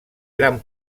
gran